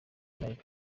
ryabaye